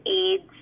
AIDS